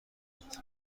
کنید